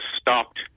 stopped